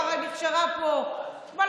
אם היא כבר נשארה פה בלילה,